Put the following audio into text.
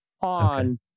on